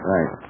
Right